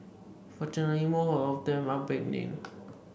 fortunately most of them are beginning